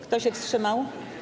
Kto się wstrzymał?